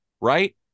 right